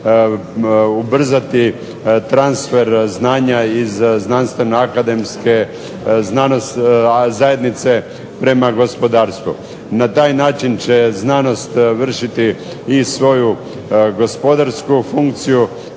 ubrzati transfer znanja iz znanstveno akademske zajednice prema gospodarstvu. Na taj način će znanost vršiti i svoju gospodarsku funkciju,